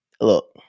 look